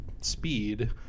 speed